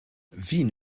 wien